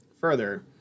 further